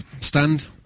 stand